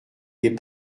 des